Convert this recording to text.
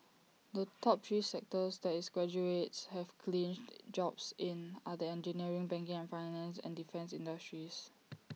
the top three sectors that its graduates have clinched jobs in are the engineering banking and finance and defence industries